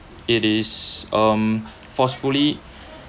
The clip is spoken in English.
it is um forcefully